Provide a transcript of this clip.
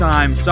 Time